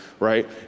Right